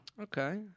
Okay